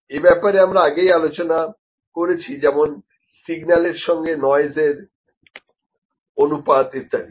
এ ব্যাপারে আমরা আগেই আলোচনা করেছি যেমন সিগন্যাল এর সঙ্গে নয়েস এর অনুপাত ইত্যাদি